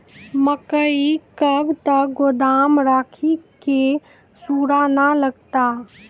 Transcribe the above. मकई कब तक गोदाम राखि की सूड़ा न लगता?